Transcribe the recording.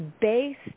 based